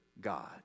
God